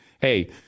hey